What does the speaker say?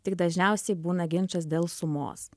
tik dažniausiai būna ginčas dėl sumos